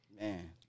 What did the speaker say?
man